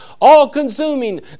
all-consuming